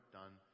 done